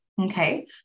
Okay